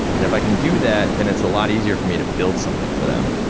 and if i can do that, then it's a lot easier for me to build something for them,